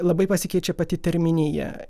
labai pasikeičia pati terminija